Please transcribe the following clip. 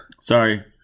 Sorry